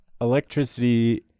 Electricity